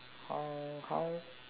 how how